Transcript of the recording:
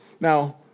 Now